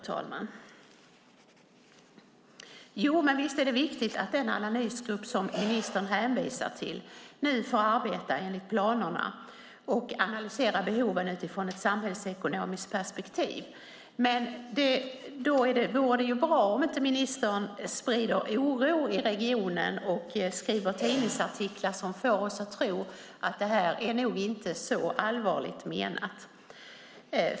Fru talman! Visst är det viktigt att den analysgrupp som ministern hänvisar till nu får arbeta enligt planerna och analysera behoven utifrån ett samhällsekonomiskt perspektiv. Därför är det bra om ministern inte sprider oro i regionen och skriver tidningsartiklar som får oss att tro att detta nog inte är så allvarligt menat.